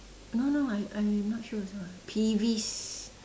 no no I I not sure also ah peeves